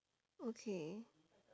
okay